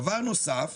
דבר נוסף